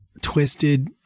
twisted